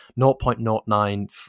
0.09